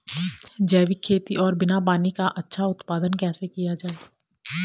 जैविक खेती और बिना पानी का अच्छा उत्पादन कैसे किया जाए?